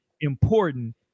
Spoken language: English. important